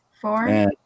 four